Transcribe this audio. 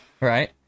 Right